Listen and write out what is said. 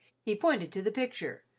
he pointed to the picture,